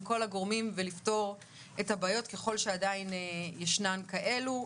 כל הגורמים ולפתור את הבעיות ככל שעדיין ישנן כאלו.